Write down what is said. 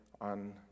on